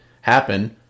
happen